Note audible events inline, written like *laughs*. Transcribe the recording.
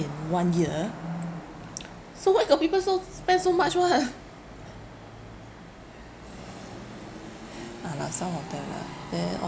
in one year *noise* so where got people so spend so much [one] *laughs* ah lah some of them lah then